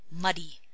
muddy